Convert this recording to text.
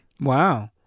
Wow